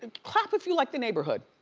and clap if you like the neighborhood.